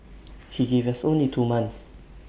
he gave us only two months